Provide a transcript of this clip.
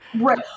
right